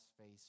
face